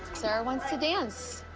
sarah wants to dance.